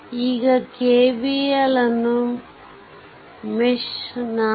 ಈಗ KVL ಅನ್ನು mesh 4